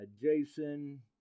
Jason